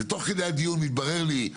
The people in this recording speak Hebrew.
ותוך כדי הדיון מתברר לי,